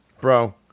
Bro